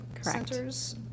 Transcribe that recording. centers